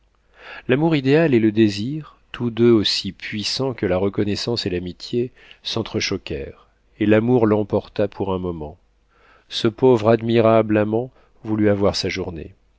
l'amour idéal et le désir tous deux aussi puissants que la reconnaissance et l'amitié sentre choquèrent et l'amour l'emporta pour un moment ce pauvre admirable amant voulut avoir sa journée